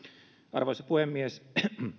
arvoisa puhemies